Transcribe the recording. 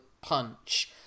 punch